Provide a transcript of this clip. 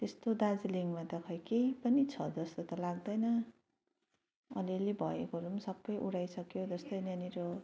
त्यस्तो दार्जिलिङमा त खै केही पनि छ जस्तो त लाग्दैन अलि अलि भएकोहरू सबै उडाइसक्यो जस्तै यहाँनिर